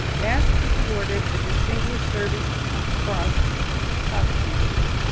bass was awarded the distinguished service cross posthumously.